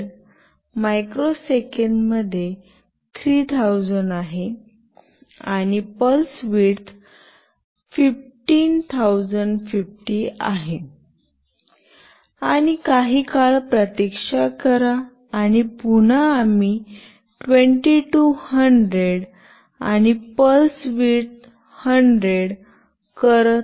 period मायक्रोसेकंदमध्ये 3000 आहे आणि पल्स विड्थ 1550 आहे आणि काही काळ प्रतीक्षा करा आणि पुन्हा आम्ही 2200 आणि पल्स विड्थ 100 करत आहोत